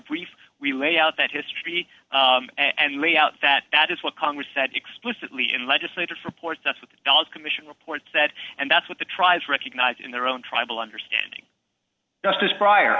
brief we lay out that history and lay out that that is what congress said explicitly in legislative reports that's what the dollar's commission report said and that's what the tribes recognized in their own tribal understanding just as prior